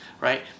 right